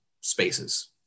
spaces